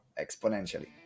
exponentially